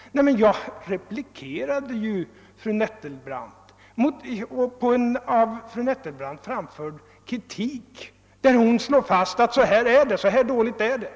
Ja, men jag replikerade ju på en av fru Nettelbrandt framförd kritik, där fru Nettelbrandt slår fast att så här dåligt är det!